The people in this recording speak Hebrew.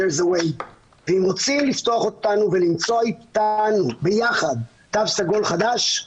ואם רוצים לפתוח אותנו ולמצוא איתנו ביחד תו סגול חדש,